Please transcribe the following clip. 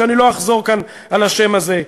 ואני לא אחזור כאן על השם הזה,